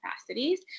capacities